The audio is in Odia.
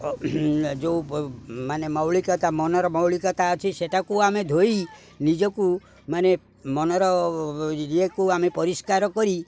ଯେଉଁ ମାନେ ମୌଳିକତା ମନର ମୌଳିକତା ଅଛି ସେଇଟାକୁ ଆମେ ଧୋଇ ନିଜକୁ ମାନେ ମନର ଇଏକୁ ଆମେ ପରିଷ୍କାର କରି